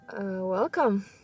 Welcome